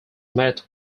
met